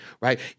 right